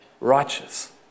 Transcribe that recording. righteous